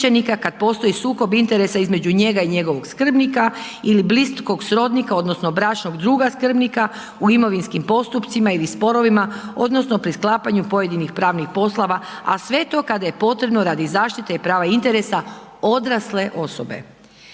kada postoji sukob interesa između njega i njegova skrbnika ili bliskog srodnika odnosno bračnog druga skrbnika u imovinskim postupcima ili sporovima odnosno pri sklapanju pojedinih pravnih poslova štićenika u slučaju spora ili sklapanja pravnog